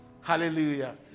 Hallelujah